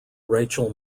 rachel